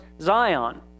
Zion